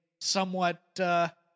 somewhat